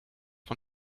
von